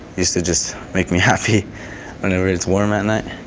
used to just make me happy whenever it's warm at night,